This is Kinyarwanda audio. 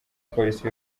polisi